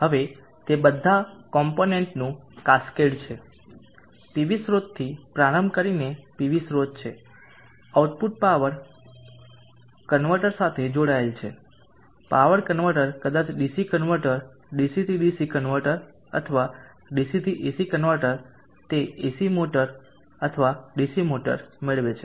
હવે તે બધા કોમ્પનન્ટનું કાસ્કેડ છે પીવી સ્રોતથી પ્રારંભ કરીને પીવી સ્રોત છે આઉટપુટ પાવર કન્વર્ટર સાથે જોડાયેલ છે પાવર કન્વર્ટર કદાચ ડીસી કન્વર્ટર ડીસીથી ડીસી કન્વર્ટર અથવા ડીસીથી એસી કન્વર્ટર તે ડીસી મોટર અથવા એસી મોટર મેળવે છે